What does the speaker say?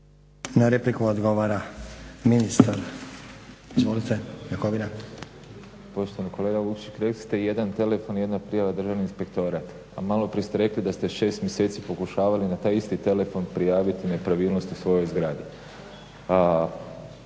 Na repliku odgovara ministar. Izvolite, Jakovina. **Jakovina, Tihomir (SDP)** Poštovani kolega Vukšić rekli ste jedan telefon i jedna prijava Državni inspektorat. A maloprije ste rekli da ste 6 mjeseci pokušavali na taj isti telefon prijaviti nepravilnosti u svojoj zgradi.